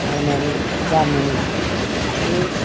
मावनानै जा मोनो बेखौ